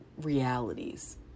realities